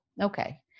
Okay